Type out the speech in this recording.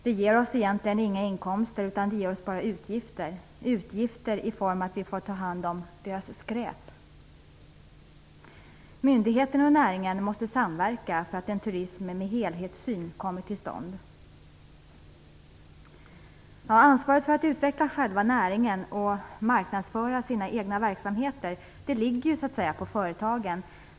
Det ger oss egentligen inga inkomster. Det ger oss bara utgifter i form av att vi får ta hand om deras skräp. Myndigheterna och näringen måste samverka så att en turism med helhetssyn kommer till stånd. Ansvaret för att utveckla själva näringen och marknadsföra sina egna verksamheter ligger på företagen.